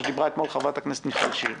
מה שדיברה אתמול חברת הכנסת מיכל שיר,